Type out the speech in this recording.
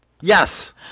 Yes